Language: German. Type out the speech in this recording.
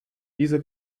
diese